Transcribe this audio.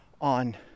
on